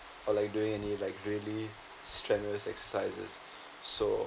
or like doing any like really strenuous exercises so